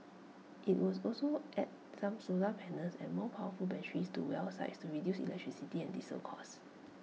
IT was also add some solar panels and more powerful batteries to well sites to reduce electricity and diesel costs